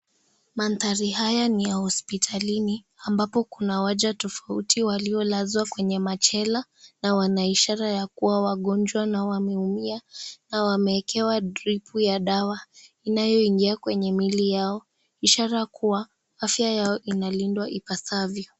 Mandhari haya ni ya hopitalini ambapo kuna waja tofauti waliolazwa kwenye machela na wana ishara ya kuwa wagonjwa na wameumia na wameekewa dripu ya dawa inayoingia kwenye mwili yao ishara kuwa afya yao inalindwa ipasavyo.